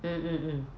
mm mm mm